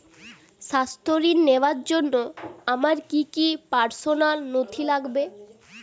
স্বাস্থ্য ঋণ নেওয়ার জন্য আমার কি কি পার্সোনাল নথি লাগবে?